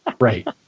right